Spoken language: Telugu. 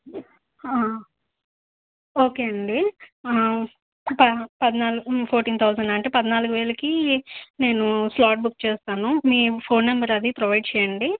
ఓకే అండి పా పద్నాలు ఫోటీన్ థౌజండ్ అంటే పద్నాలుగు వేలుకి నేను ఫ్లాట్ బుక్ చేస్తాను మీ ఫోన్ నెంబర్ అది ప్రొవైడ్ చెయ్యండి